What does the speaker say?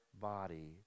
body